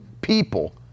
people